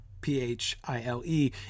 p-h-i-l-e